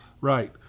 right